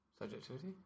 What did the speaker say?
Subjectivity